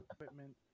equipment